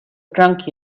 drunk